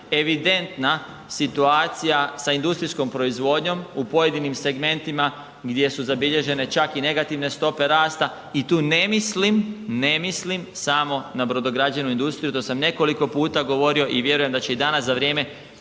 evidentna situacija sa industrijskom proizvodnjom u pojedinim segmentima gdje su zabilježene čak i negativne stope rasta i tu ne mislim, ne mislim samo na brodograđevnu industriju to sam nekoliko puta govorio i vjerujem da će danas za vrijeme